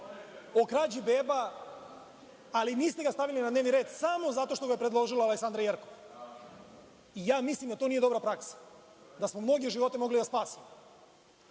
o krađi beba, ali niste ga stavili na dnevni red, samo zato što ga je predložila Aleksandra Jerkov. Ja mislim da to nije dobra praksa, da smo mnoge živote mogli da spasimo,